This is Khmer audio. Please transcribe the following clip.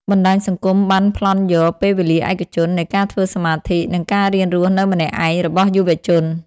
បណ្តាញសង្គមបានប្លន់យក "ពេលវេលាឯកជន" នៃការធ្វើសមាធិ និងការរៀនរស់នៅម្នាក់ឯងរបស់យុវជន។